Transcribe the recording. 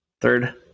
Third